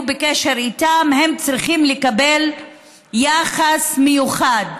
בקשר איתם הם צריכים לקבל יחס מיוחד.